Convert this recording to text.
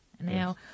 Now